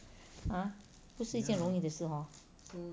!huh! 不是一件很容易的事 hor